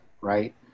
right